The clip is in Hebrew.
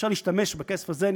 אפשר להשתמש בכסף הזה.